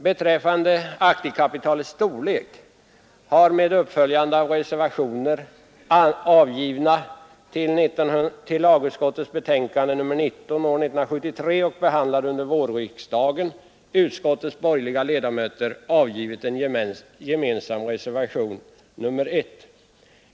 Beträffande aktiekapitalets storlek har, med uppföljande av reservationer till lagutskottets betänkande nr 19 år 1973, behandlade under vårriksdagen, utskottets borgerliga ledamöter avgivit en gemensam reservation, nr 1.